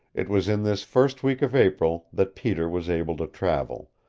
it was in this first week of april that peter was able to travel,